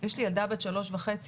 יש לי ילדה בת שלוש וחצי,